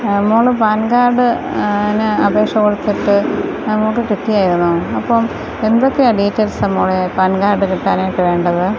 മോൾ PAN card ന് അപേക്ഷ കൊടുത്തിട്ട് മോൾക്ക് കിട്ടിയായിരുന്നോ അപ്പം എന്തൊക്കെ ഡീറ്റെയിൽസാ മോളെ പാൻ കാർഡ് കിട്ടാനായിട്ട് വേണ്ടത്